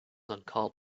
uncalled